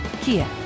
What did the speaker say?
Kia